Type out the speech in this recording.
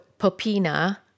Popina